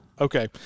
Okay